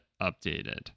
updated